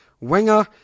winger